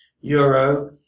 euro